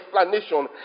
explanation